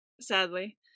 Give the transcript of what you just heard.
Sadly